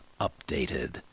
updated